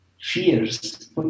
fears